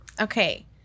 Okay